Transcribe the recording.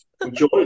Enjoy